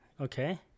Okay